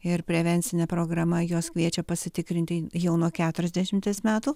ir prevencinė programa juos kviečia pasitikrinti jau nuo keturiasdešimties metų